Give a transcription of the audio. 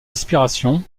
aspirations